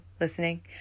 listening